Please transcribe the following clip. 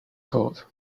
court